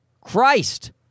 Christ